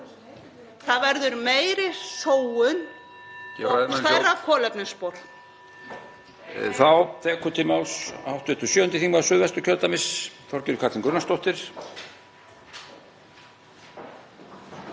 Það verður meiri sóun og stærra kolefnisspor.